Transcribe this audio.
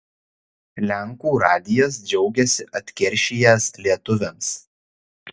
lenkų radijas džiaugiasi atkeršijęs lietuviams